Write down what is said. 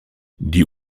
die